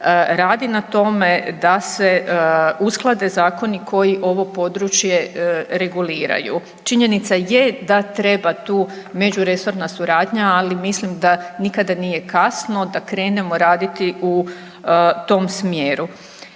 radi na tome da se usklade zakoni koji ovo područje reguliraju. Činjenica je da treba tu međuresorna suradnja, ali mislim da nikada nije kasno da krenemo raditi u tom smjeru.